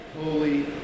holy